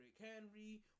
Henry